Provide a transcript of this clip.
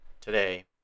today